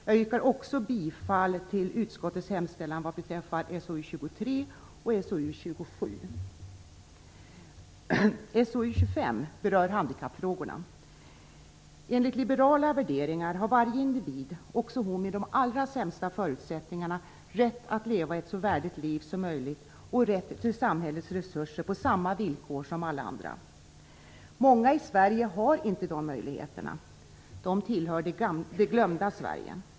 Jag yrkar också bifall till utskottets hemställan vad beträffar SoU23 SoU25 berör handikappfrågorna. Enligt liberala värderingar har varje individ - också hon med de allra sämsta förutsättningarna - rätt att leva ett så värdigt liv som möjligt och rätt till samhällets resurser på samma villkor som alla andra. Många i Sverige har inte de möjligheterna. De tillhör det glömda Sverige.